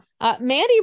Mandy